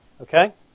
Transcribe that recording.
Okay